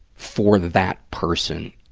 for that person,